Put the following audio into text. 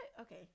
Okay